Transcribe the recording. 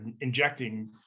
injecting